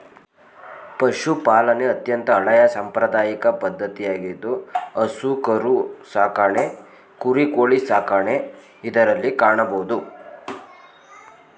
ಪಶುಪಾಲನೆ ಅತ್ಯಂತ ಹಳೆಯ ಸಾಂಪ್ರದಾಯಿಕ ಪದ್ಧತಿಯಾಗಿದ್ದು ಹಸು ಕರು ಸಾಕಣೆ ಕುರಿ, ಕೋಳಿ ಸಾಕಣೆ ಇದರಲ್ಲಿ ಕಾಣಬೋದು